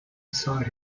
society